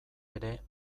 ere